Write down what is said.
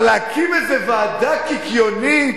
אבל להקים איזה ועדה קיקיונית,